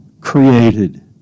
Created